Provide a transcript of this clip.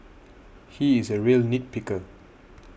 he is a real nit picker